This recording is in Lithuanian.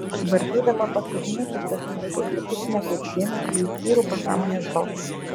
vartydama paskutinius užrašinės puslapius nekreipiu dėmesio į įkyrų pasąmonės balsą